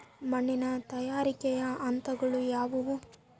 ಮಣ್ಣಿನ ತಯಾರಿಕೆಯ ಹಂತಗಳು ಯಾವುವು?